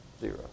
Zero